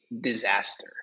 disaster